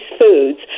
foods